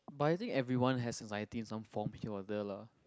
but I think everyone has as I think in some form here or there lah